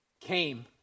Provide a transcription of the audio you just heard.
came